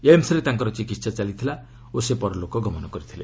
ଏମ୍ସ୍ରେ ତାଙ୍କର ଚିକିହା ଚାଲିଥିଲା ଓ ସେ ପରଲୋକ ଗମନ କରିଥିଲେ